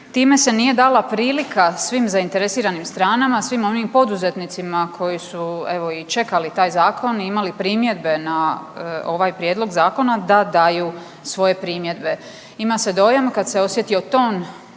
Time se nije dala prilika svim zainteresiranim stranama, svim onim poduzetnicima koji su evo i čekali taj zakon i imali primjedbe na ovaj prijedlog zakona da daju svoje primjedbe. Ima se dojam kad se osjetio ton